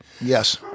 Yes